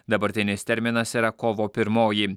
dabartinis terminas yra kovo pirmoji